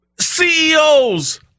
CEOs